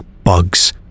bugs